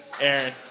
Aaron